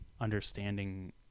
understanding